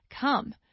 come